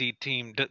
team